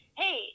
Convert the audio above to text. hey